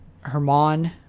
Herman